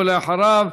ואחריו,